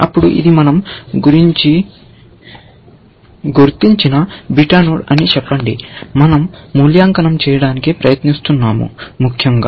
అప్పుడు ఇది మనం గుర్తించిన బీటా నోడ్ అని చెప్పండి మనం మూల్యాంకనం చేయడానికి ప్రయత్నిస్తున్నాము ముఖ్యంగా